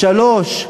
שלוש,